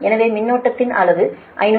எனவே மின்னோட்டத்தின் அளவு 551